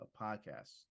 podcasts